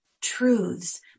truths